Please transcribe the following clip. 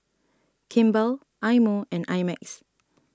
Kimball Eye Mo and I Max